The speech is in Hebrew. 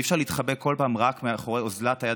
ואי-אפשר להתחבא כל פעם רק מאחורי אוזלת היד